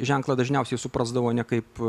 ženklą dažniausiai suprasdavo ne kaip